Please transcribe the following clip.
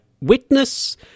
witness